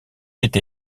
été